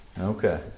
Okay